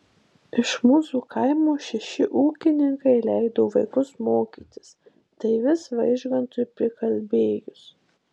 iš mūsų kaimo šeši ūkininkai leido vaikus mokytis tai vis vaižgantui prikalbėjus